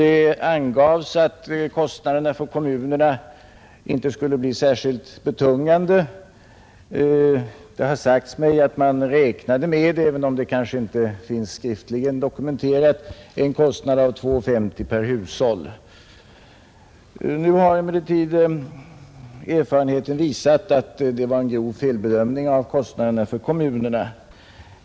Det angavs också att kostnaderna för kommunerna inte skulle bli särskilt betungande, Jag vill nämna — även om uppgiften inte finns skriftligt dokumenterad — att det sagts mig att kostnaden beräknades till ca 2:50 per hushåll. Nu har emellertid erfarenheten visat att detta var en grov felbedömning av kostnaderna för kommunerna.